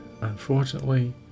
unfortunately